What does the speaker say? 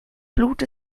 blut